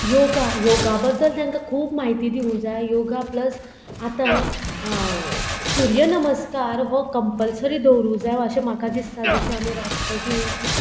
योगा योगा बद्दल तेंका खूब म्हायती दिवूंक जाय योगा प्लस आतां सुर्य नमस्कार हो कंपलसरी दवरूं जाय अशें म्हाका दिसता जशें आमी राष्ट्रगीर